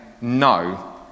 no